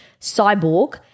cyborg